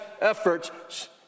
efforts